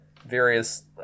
various